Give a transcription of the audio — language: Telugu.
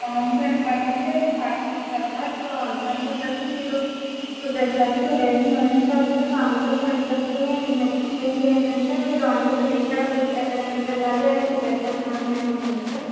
అవును సార్ ఇప్పటి నుంచి స్టార్ట్ చేస్తారు సార్ సో అందుకని చెప్పేసి మీరు ఒక దసరాకి టు డేస్ ముందు నుంచే వస్తే మీరు ఫామిలీతో స్పెండ్ చేసుకొని నెక్స్ట్ థింగ్ ఏంటంటే మీరు అన్ని ప్రిపేర్ ఇక్కడ ప్రిపేర్ ఎక్కడెక్కడికెళ్ళాలి అని ప్రిపేర్ చేసుకోవడానికైతే ఉంటుంది సార్